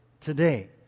today